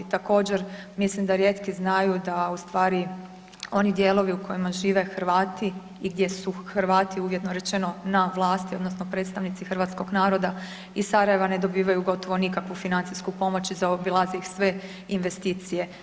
Također, mislim da rijetki znaju da u stvari oni dijelovi u kojima žive Hrvati i gdje su Hrvati ujedno rečeno na vlasti, odnosno predstavnici Hrvatskog naroda iz Sarajeva ne dobivaju gotovo nikakvu financijsku pomoć i zaobilaze ih sve investicije.